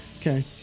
Okay